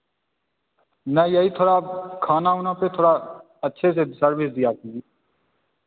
नहीं यही थोड़ा खाना उना पर थोड़ा अच्छे से सर्विस दिया कीजिए